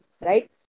right